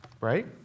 right